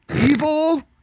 Evil